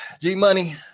G-Money